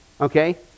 Okay